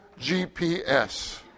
GPS